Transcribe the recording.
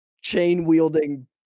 chain-wielding